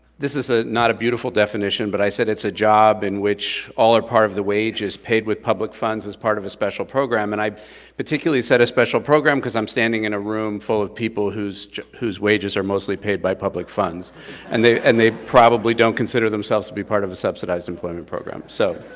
this is not a beautiful definition, but i said it's a job in which all or part of the wage is paid with public funds as part of a special program, and i particularly said a special program, because i'm standing in a room full of people whose whose wages are mostly paid by public funds and they and they probably don't consider themselves to be part of a subsidized employment program. so,